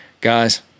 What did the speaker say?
guys